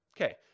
Okay